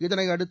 இதையடுத்து